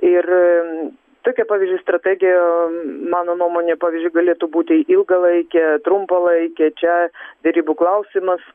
ir tokia pavyzdžiui strategija mano nuomone pavyzdžiu galėtų būti ilgalaikė trumpalaikė čia derybų klausimas